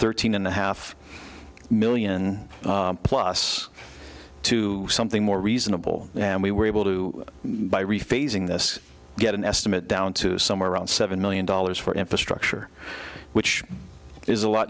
thirteen and a half million plus to something more reasonable and we were able to buy re phasing this get an estimate down to somewhere around seven million dollars for infrastructure which is a lot